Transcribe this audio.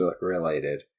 related